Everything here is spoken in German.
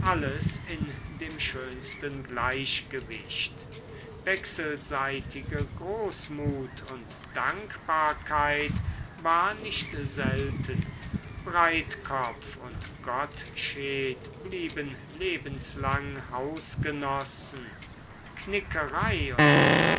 in dem schönsten gleichgewicht wechselseitige großmut und dankbarkeit war nicht selten breitkopf und gottsched blieben lebenslang hausgenossen knickerei und